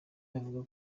bavuga